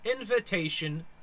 Invitation